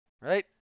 Right